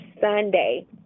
Sunday